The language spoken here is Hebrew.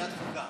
ועדת חוקה.